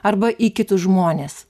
arba į kitus žmones